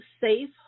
Safe